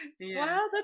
Wow